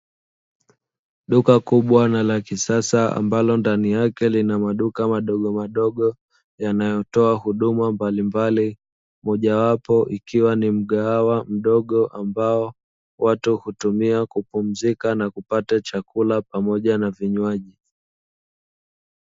Duka kubwa la kisasa ambalo ndani yake kuna maduka madogo madogo, yanayotoa huduma mbali mbali, mojawapo ikiwa ni mgahawa mdogo ambao watu hutumia kupumzika na kupata chakula pamoja na vinywaji.